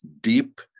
deep